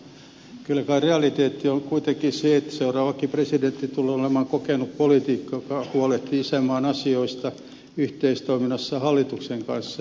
kyllä kai realiteetti on kuitenkin se että seuraavakin presidentti tulee olemaan kokenut poliitikko joka huolehtii isänmaan asioista yhteistoiminnassa hallituksen kanssa